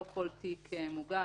לא כל תיק מוגש,